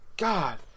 God